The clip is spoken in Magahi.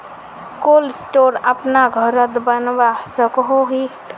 कोल्ड स्टोर अपना घोरोत बनवा सकोहो ही?